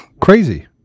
crazy